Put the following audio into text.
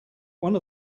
one